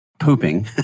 pooping